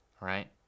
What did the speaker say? right